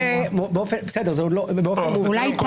זה האירוע.